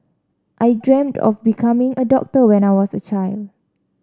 I dreamt of becoming a doctor when I was a child